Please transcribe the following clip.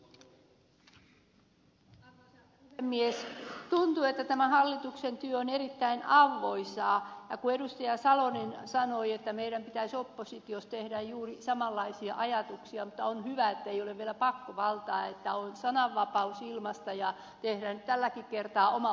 tuntuu että tämä hallituksen työ on erittäin auvoisaa ja kun edustaja salonen sanoi että meidän pitäisi oppositiossa tehdä varjobudjetti juuri samanlaisella ajatuksella niin on hyvä ettei ole vielä pakkovaltaa että on sananvapaus ilmaista ja teemme nyt tälläkin kertaa oman varjobudjettimme